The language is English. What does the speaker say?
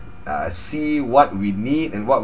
uh see what we need and what